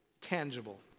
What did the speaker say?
tangible